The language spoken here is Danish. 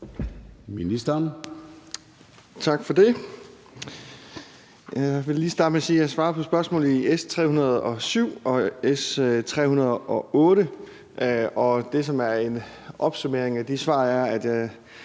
Tak for det.